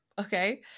okay